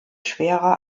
schwerer